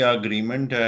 agreement